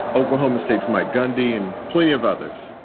oklahoma state's mike gundy and plenty of others.